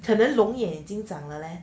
可能龙眼已经长了 leh